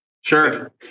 Sure